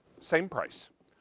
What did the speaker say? same price.